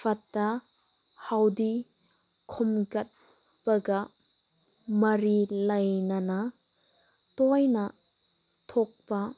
ꯐꯠꯇ ꯍꯥꯎꯗꯤ ꯈꯣꯝꯒꯠꯄꯒ ꯃꯔꯤ ꯂꯩꯅꯅ ꯇꯣꯏꯅ ꯊꯣꯛꯄ